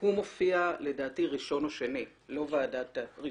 הוא מופיע ראשון או שני, לא ועדת העיזבונות.